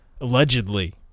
allegedly